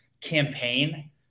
campaign